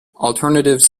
alternatives